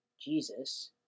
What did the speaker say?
jesus